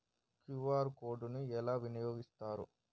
QR code ని ఎలా వినియోగిస్తారు?